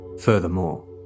Furthermore